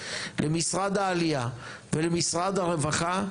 למשרד העלייה ולמשרד הרווחה,